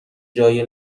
جای